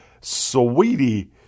Sweetie